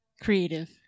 creative